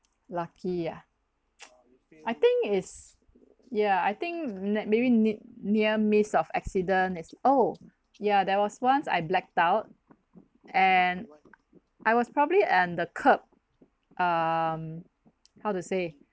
lucky ah I think it's yeah I think may maybe need near miss of accident is oh ya there was once I blacked out and I was probably and the curb um how to say